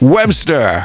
Webster